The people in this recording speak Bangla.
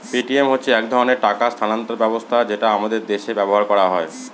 পেটিএম হচ্ছে এক ধরনের টাকা স্থানান্তর ব্যবস্থা যেটা আমাদের দেশে ব্যবহার করা হয়